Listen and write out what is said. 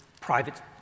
private